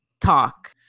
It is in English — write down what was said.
talk